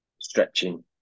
stretching